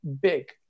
big